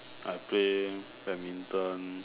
I play badminton